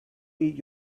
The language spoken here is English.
eat